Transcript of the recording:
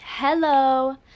hello